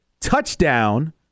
touchdown